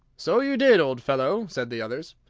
so you did, old fellow! said the others.